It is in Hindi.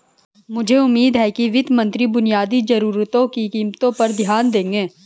मुझे उम्मीद है कि वित्त मंत्री बुनियादी जरूरतों की कीमतों पर ध्यान देंगे